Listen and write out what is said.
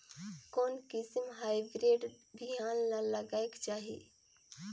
कोन किसम हाईब्रिड बिहान ला लगायेक चाही?